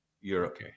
europe